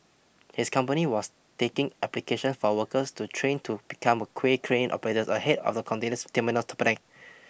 his company was taking applications for workers to train to become a kway crane operators ahead of the containers terminal's